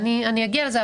אגיע לזה,